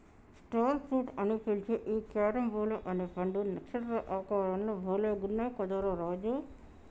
star fruits అని పిలిచే ఈ క్యారంబోలా అనే పండ్లు నక్షత్ర ఆకారం లో భలే గున్నయ్ కదా రా రాజు